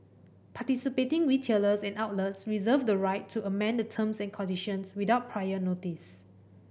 participating retailers and outlets reserve the right to amend the terms and conditions without prior notice